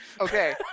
Okay